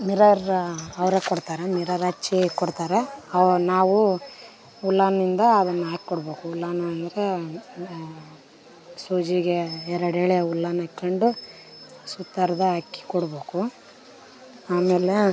mirror ಅವರೆ ಕೊಡ್ತಾರೆ mirror ಹಚ್ಚಿ ಕೊಡ್ತಾರೆ ಅವು ನಾವು ಉಲಾನ್ನಿಂದ ಅದನ್ನ ಹಾಕ್ಕೊಡ್ಬೇಕು ಉಲಾನ್ ಅಂದರೆ ಸೂಜಿಗೆ ಎರಡೆಳೆ ಉಲ್ಲಾನ್ ಹಾಕ್ಕೊಂಡು ಸುತ್ತುವರ್ದು ಹಾಕಿ ಕೊಡ್ಬೇಕು ಆಮೇಲೆ